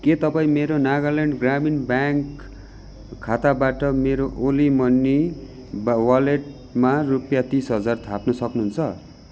के तपाईँ मेरो नागाल्यान्ड ग्रामीण ब्याङ्क खाताबाट मेरो ओली मनी वालेटमा रुपियाँ तिस हजार थाप्न सक्नुहुन्छ